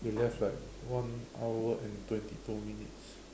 we left like one hour and twenty two minutes